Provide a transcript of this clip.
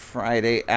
Friday